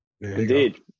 Indeed